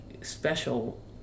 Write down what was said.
special